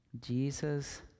Jesus